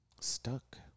Stuck